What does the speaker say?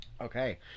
Okay